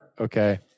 Okay